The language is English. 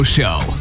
Show